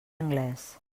anglès